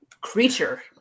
creature